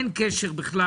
אין קשר בכלל.